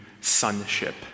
Sonship